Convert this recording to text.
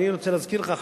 אני רוצה להזכיר לך,